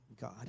god